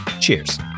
Cheers